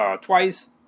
twice